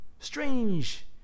Strange